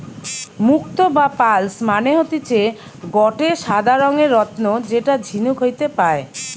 মুক্তো বা পার্লস মানে হতিছে গটে সাদা রঙের রত্ন যেটা ঝিনুক হইতে পায়